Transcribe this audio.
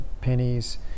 pennies